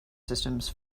systems